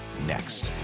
next